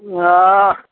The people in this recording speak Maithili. हाँ